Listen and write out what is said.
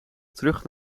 terug